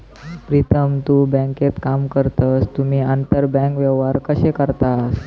प्रीतम तु बँकेत काम करतस तुम्ही आंतरबँक व्यवहार कशे करतास?